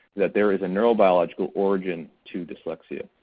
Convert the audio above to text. that there is a neurobiological origin to dyslexia.